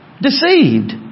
deceived